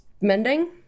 mending